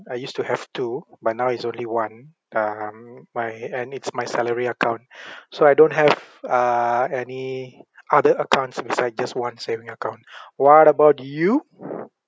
I used to have two but now is only one um my and it's my salary account so I don't have uh any other accounts beside just one saving account what about you